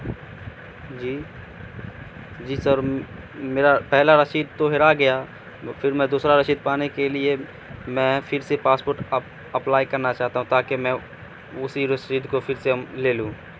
جی جی سر میرا پہلا رسید تو ہرا گیا پھر میں دوسرا رسید پانے کے لیے میں پھر سے پاسپورٹ اپ اپلائی کرنا چاہتا ہوں تاکہ میں اسی رسید کو پھر سے لے لوں